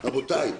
רבותי,